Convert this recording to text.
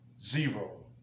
zero